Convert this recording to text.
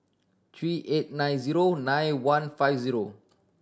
three eight nine zero nine one five zero